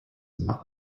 not